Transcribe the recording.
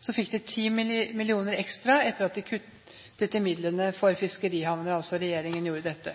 Så fikk de 10 mill. kr ekstra, etter at regjeringen hadde kuttet i midlene til fiskerihavner.